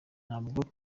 ntabwo